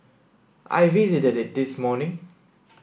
I visited it this morning